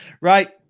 right